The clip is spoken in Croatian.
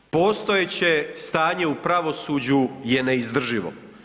Postojeće stanje u pravosuđu je neizdrživo.